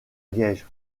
liège